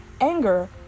anger